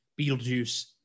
Beetlejuice